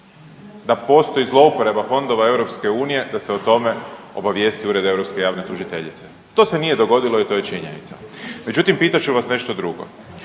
da postoji zlouporaba fondova EU, da se o tome obavijesti Ured europske javne tužiteljice. To se nije dogodilo i to je činjenica. Međutim, pitat ću vas nešto drugo,